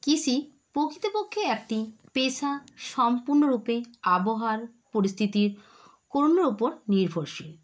কৃষি প্রকৃতপক্ষে একটি পেশা সম্পূর্ণরূপে আবহাওয়ার পরিস্থিতির করুণার ওপর নির্ভরশীল